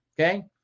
Okay